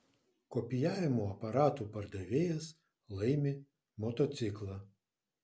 kopijavimo aparatų pardavėjas laimi motociklą